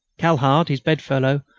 cahard, his bed-fellow,